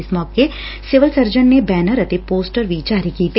ਇਸ ਮੌਕੇ civil surgeon ਨੇ ਬੈਨਰ ਅਤੇ ਪੋਸਟਰ ਜਾਰੀ ਕੀਤੇ